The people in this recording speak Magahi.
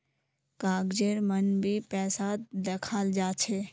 कागजेर मन भी पैसाक दखाल जा छे